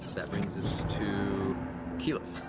that brings us to keyleth.